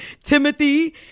Timothy